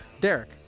Derek